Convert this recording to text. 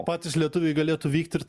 patys lietuviai galėtų vykti ir